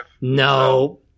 no